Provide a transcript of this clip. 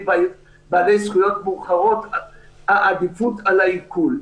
בעלי זכויות מאוחרות עדיפות על העיקול?